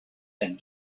and